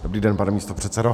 Dobrý den, pane místopředsedo.